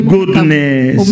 Goodness